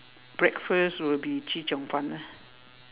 breakfast will be chee-cheong-fun ah